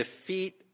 defeat